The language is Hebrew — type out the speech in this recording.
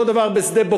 אותו הדבר בשדה-בוקר,